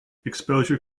exposure